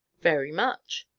very much!